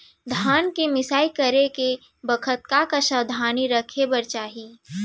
धान के मिसाई करे के बखत का का सावधानी रखें बर चाही?